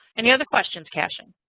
any other questions, cashin?